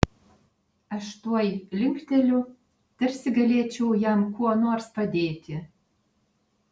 aš tuoj linkteliu tarsi galėčiau jam kuo nors padėti